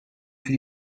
für